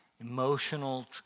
emotional